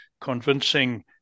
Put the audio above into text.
convincing